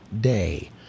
day